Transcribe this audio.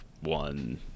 one